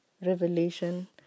revelation